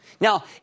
Now